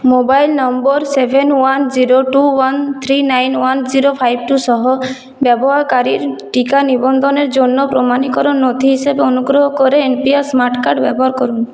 mobile number seven one zero two one three nine one zero five two সহ ব্যবহারকারীর টিকা নিবন্ধনের জন্য প্রমাণীকরণ নথি হিসাবে অনুগ্রহ করে N P R smart card ব্যবহার করুন